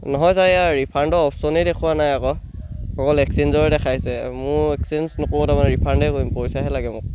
নহয় ছাৰ এয়া ৰিফাণ্ডৰ অপশ্যনেই দেখুৱা নাই আকৌ অকল এক্সেঞ্জৰে দেখাইছে মোৰ এক্সেঞ্জ নকৰো তাৰমানে ৰিফাণ্ডেই কৰিম পইচাহে লাগে মোক